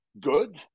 good